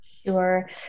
Sure